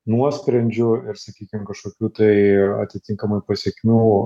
nuosprendžių ir sakykim kažkokių tai atitinkamai pasekmių